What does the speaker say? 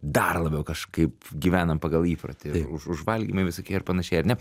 dar labiau kažkaip gyvenam pagal įprotį ir už užvalgymai visokie ir panašiai ar ne